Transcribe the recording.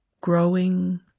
Growing